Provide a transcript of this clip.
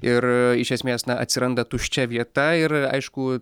ir iš esmės na atsiranda tuščia vieta ir aišku